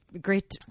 great